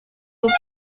would